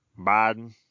Biden